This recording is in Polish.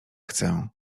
chcę